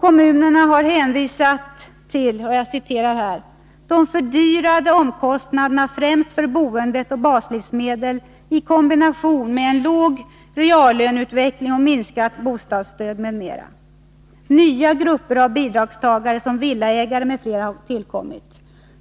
Kommunerna har hänvisat till ”de fördyrade omkostnaderna för främst boendet och baslivsmedel i kombination med en låg reallöneutveckling och minskat bostadsstöd m.m. Nya grupper av bidragstagare som villaägare m.fl. har tillkommit.